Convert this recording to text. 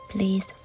Please